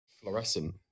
fluorescent